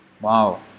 wow